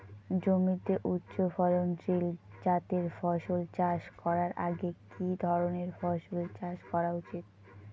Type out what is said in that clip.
জমিতে উচ্চফলনশীল জাতের ফসল চাষ করার আগে কি ধরণের ফসল চাষ করা উচিৎ?